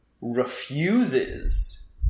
refuses